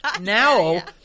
now